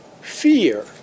fear